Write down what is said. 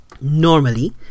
Normally